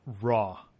raw